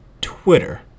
Twitter